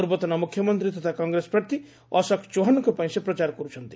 ପୂର୍ବତନ ମୁଖ୍ୟମନ୍ତ୍ରୀ ତଥା କଂଗ୍ରେସ ପ୍ରାର୍ଥୀ ଅଶୋକ ଚୌହାନଙ୍କ ପାଇଁ ସେ ପ୍ରଚାର କର୍ତ୍ଥନ୍ତି